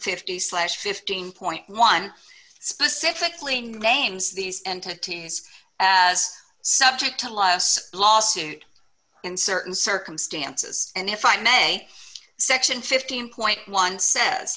fifty slash fifteen point one specifically names these entities as subject unless lawsuit in certain circumstances and if i may section fifteen point one says